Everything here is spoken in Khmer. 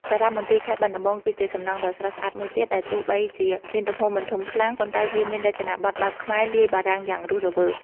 សារមន្ទីរខេត្តបាត់ដំបងគឺជាសំណង់ដ៏ស្រស់ស្អាតមួយទៀត ដែលទោះបីជាមានទំហំមិនធំខ្លាំង ប៉ុន្តែវាមានរចនាប័ទ្មបែបខ្មែរលាយបារាំងយ៉ាងរស់រវើក។